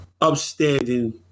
upstanding